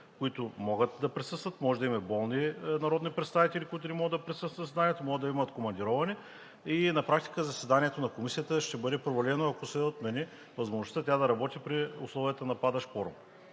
които могат да присъстват, може да има болни народни представители, които не могат да присъстват, знаете, могат да имат командировани и на практика заседанието на Комисията ще бъде провалено, ако се отмени възможността тя да работи при условията на падащ кворум.